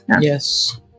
Yes